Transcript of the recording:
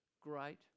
great